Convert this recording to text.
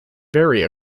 vary